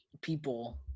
People